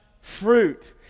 fruit